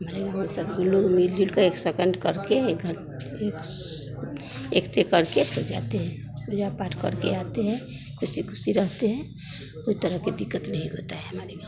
हमारे गाँव में सब लोग मिल जुलकर एक सकेंड करके घर एक एक ते करके त जाते हैं पूजा पाठ करके आते हैं खुशी खुशी रहते हैं कोई तरह के दिक्कत नहीं होता है हमारे गाँव में